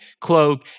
cloak